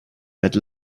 had